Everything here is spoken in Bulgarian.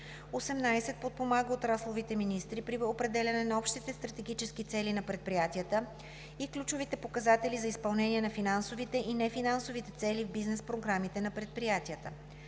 18. подпомага отрасловите министри при определяне на общите стратегически цели на предприятията и ключовите показатели за изпълнение на финансови и нефинансови цели в бизнес програмите на предприятията;